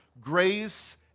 grace